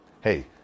hey